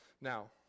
Now